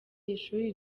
ishuri